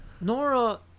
Nora